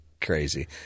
crazy